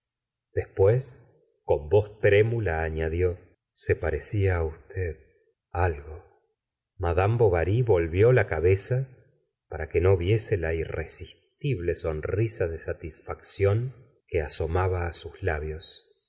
después con voz trémula añ adió se parecía á usted algo madame bovary volvió la cabeza para que no viese la irresistible sonrisa de satisfacción que asomaba á sus labios